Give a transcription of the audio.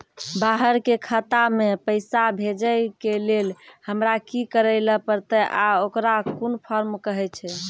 बाहर के खाता मे पैसा भेजै के लेल हमरा की करै ला परतै आ ओकरा कुन फॉर्म कहैय छै?